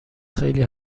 خیلی